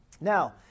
Now